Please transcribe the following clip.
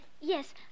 Yes